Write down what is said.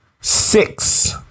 six